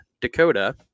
Dakota